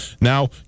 Now